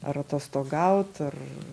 ar atostogaut ar